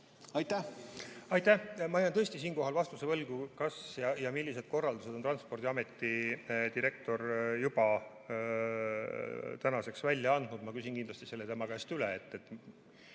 laieneb. Aitäh! Ma jään tõesti siinkohal vastuse võlgu, kas ja millised korraldused on Transpordiameti direktor juba välja andnud. Ma küsin kindlasti tema käest üle,